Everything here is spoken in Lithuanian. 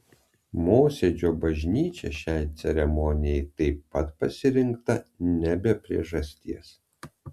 mosėdžio bažnyčia šiai ceremonijai taip pat pasirinkta ne be priežasties